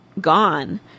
gone